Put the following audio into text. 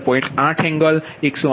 8 angle 108